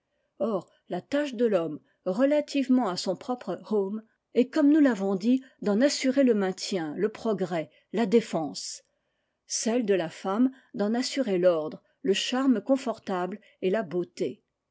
or la tâche de l'homme relativement à son propre home est comme nous l'avons dit d'en assurer le maintien le progrès la défense celle de la femme d'en assurer l'ordre le charme confortable et la beauté